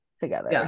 together